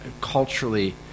culturally